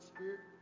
Spirit